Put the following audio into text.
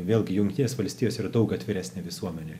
vėlgi jungtinės valstijos yra daug atviresnė visuomenė